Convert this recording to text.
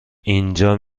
اینجا